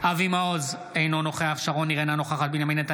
אבי מעוז, אינו נוכח שרון ניר, אינה נוכחת